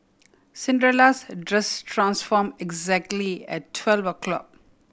Cinderella's dress transform exactly at twelve o' clock